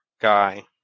guy